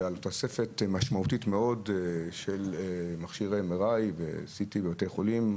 ועל תוספת משמעותית מאוד של מכשירי MRI ו-CT בבתי החולים.